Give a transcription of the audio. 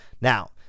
Now